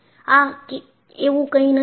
આ એવું કંઈ નથી